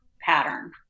pattern